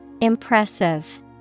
Impressive